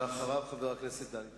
אחריו, חבר הכנסת דני דנון.